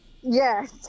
yes